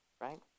right